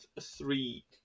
three